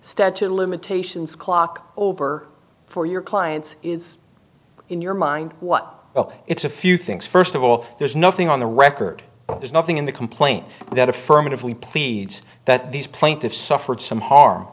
statute of limitations clock over for your clients is in your mind what well it's a few things first of all there's nothing on the record there's nothing in the complaint that affirmatively pleads that these plaintiffs suffered some harm